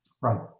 Right